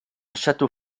château